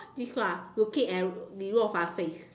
this one looking and Rou-Fan's face